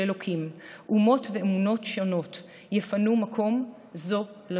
של אלוקים אומות ואמונות שונות יפנו מקום זו לזו.